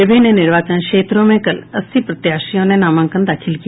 विभिन्न निर्वाचन क्षेत्रों में कल अस्सी प्रत्याशियों ने नामांकन दाखिल किया